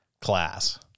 class